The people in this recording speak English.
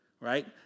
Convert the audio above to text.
right